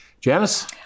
Janice